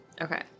Okay